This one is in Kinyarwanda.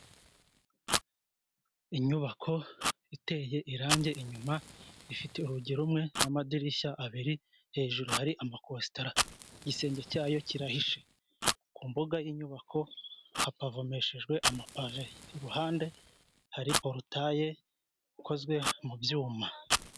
Inyubako iteye irangi inyuma ifite urugi rumwe n'amadirishya abiri, hejuru hari amakositara igisenge cyayo kirahishe. Ku mbuga y'inyubako hapavomeshejwe amapave, iruhande hari porotaye ikozwe mu byuma.